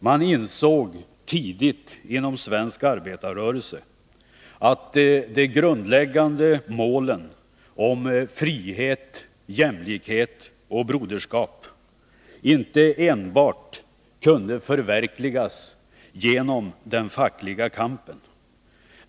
Man insåg tidigt inom den svenska arbetarrörelsen att de grundläggande målen när det gäller frihet, jämlikhet och broderskap inte enbart kunde förverkligas genom den fackliga kampen.